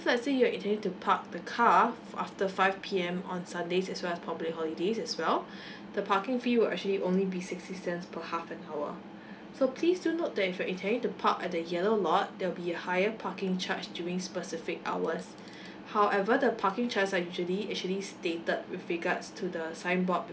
let's say you're intending to park the car after five P_M on sundays as well as public holidays as well the parking fee will actually only be sixty cents per half an hour so please do note that if you're intending to park at the yellow lot there'll be a higher parking charge during specific hours however the parking charges are actually actually stated with regards to the signboard